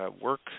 work